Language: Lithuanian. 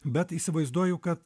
bet įsivaizduoju kad